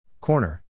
Corner